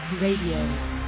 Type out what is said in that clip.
Radio